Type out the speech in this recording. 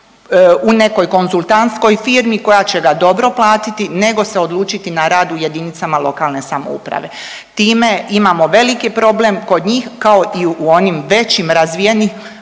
u nekoj konzultantskoj firmi koja će ga dobro platiti nego se odluči na rad u jedinicama lokalne samouprave. Time imao veliki problem kod njih kao i u onim većim razvijenim